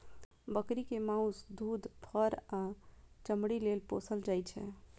बकरी कें माउस, दूध, फर आ चमड़ी लेल पोसल जाइ छै